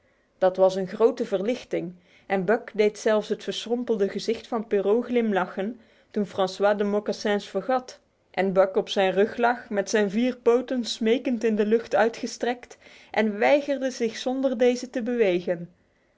dat was een grote verlichting en buck deed zelfs het verschrompelde gezicht van perrault glimlachen toen francois de mocassins vergat en buck op zijn rug lag met zijn vier poten smekend in de lucht uitgestrekt en weigerde zich zonder deze te bewegen